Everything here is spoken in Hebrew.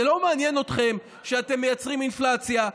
זה לא מעניין אתכם שאתם מייצרים אינפלציה.